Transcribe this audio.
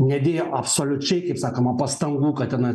nedėjo absoliučiai kaip sakoma pastangų kad ten